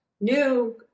new